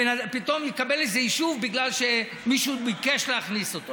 שפתאום יקבל איזה יישוב בגלל שמישהו ביקש להכניס אותו.